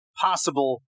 possible